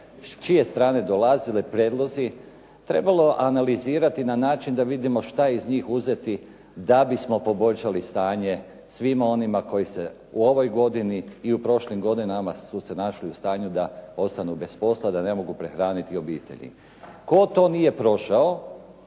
čije strane dolazile prijedlozi, trebalo analizirati na način da vidimo što iz njih uzeti da bismo poboljšali stanje svima onima koji se u ovoj godini i u prošlim godinama su se našli u stanju da ostanu bez posla da ne mogu prehraniti obitelji. Tko to nije prošao,